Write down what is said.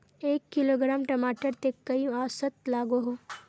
एक किलोग्राम टमाटर त कई औसत लागोहो?